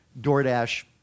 DoorDash